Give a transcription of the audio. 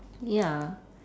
ya